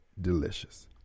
Delicious